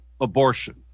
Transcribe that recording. abortion